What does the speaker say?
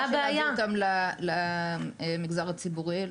אני אומרת זו לא שאלה של להביא אותם למגזר הציבורי.